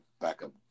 backup